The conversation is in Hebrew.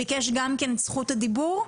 ביקש את זכות הדיבור.